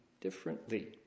differently